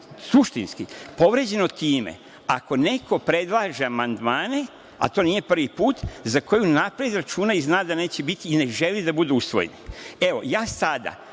suštinski povređeno time, ako neko predlaže amandmane, a to nije prvi put, za koje unapred računa i zna da neće biti i ne želi da budu usvojeni. Sada